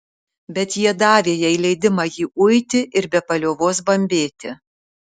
bet jie davė jai leidimą jį uiti ir be paliovos bambėti